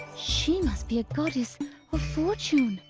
she must be a goddess of fortune.